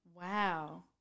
Wow